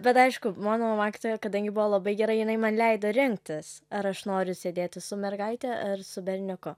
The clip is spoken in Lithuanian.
bet aišku mano mokytoja kadangi buvo labai gera jinai man leido rinktis ar aš noriu sėdėti su mergaite ar su berniuku